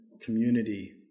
community